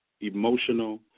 emotional